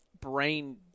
brain